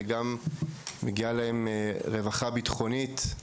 גם מגיעה להם רווחה ביטחונית.